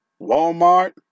Walmart